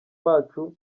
bacu